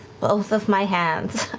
both of my hands